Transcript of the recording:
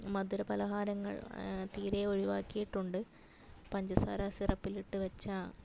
മധുരപലഹാരങ്ങൾ തീരെയും ഒഴിവാക്കിയിട്ടുണ്ട് പഞ്ചസാര സിറപ്പിലിട്ട് വെച്ചത്